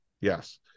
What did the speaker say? Yes